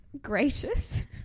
Gracious